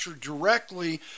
directly